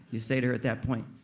you say to her at that point,